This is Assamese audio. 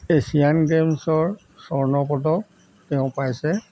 এছিয়ান গেমছৰ স্বৰ্ণ পদক তেওঁ পাইছে